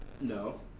No